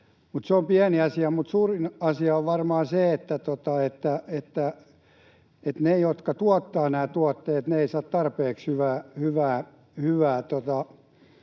se on pieni asia. Mutta suurin asia on varmaan se, että ne, jotka tuottavat nämä tuotteet, eivät saa tarpeeksi hyvää